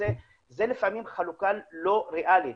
זו לפעמים חלוקה לא ריאלית,